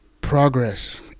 progress